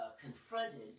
confronted